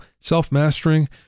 self-mastering